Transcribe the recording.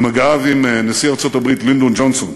במגעיו עם נשיא ארצות-הברית לינדון ג'ונסון,